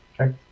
Okay